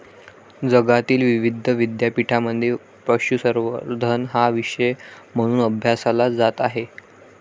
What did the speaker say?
जगातील विविध विद्यापीठांमध्ये पशुसंवर्धन हा विषय म्हणून अभ्यासला जात आहे